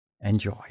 Enjoy